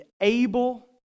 able